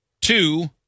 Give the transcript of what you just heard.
two